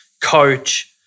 coach